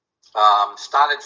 started